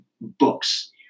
books